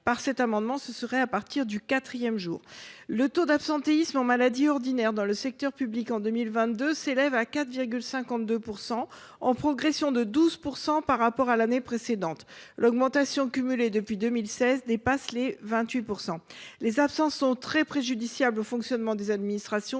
qu’il en bénéficie à partir du quatrième jour. Le taux d’absentéisme pour maladie ordinaire dans le secteur public en 2022 s’élève à 4,52 %, en progression de 12 % par rapport à l’année précédente. L’augmentation cumulée depuis 2016 dépasse les 28 %. Les absences sont très préjudiciables au fonctionnement des administrations,